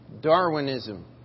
Darwinism